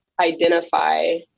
identify